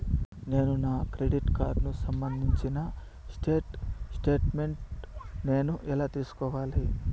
నేను నా క్రెడిట్ కార్డుకు సంబంధించిన స్టేట్ స్టేట్మెంట్ నేను ఎలా తీసుకోవాలి?